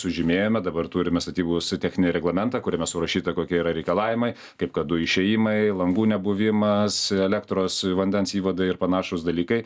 sužymėjome dabar turime statybos techninį reglamentą kuriame surašyta kokie yra reikalavimai kaip kad du išėjimai langų nebuvimas elektros vandens įvadai ir panašūs dalykai